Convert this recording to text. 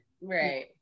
Right